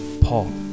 Paul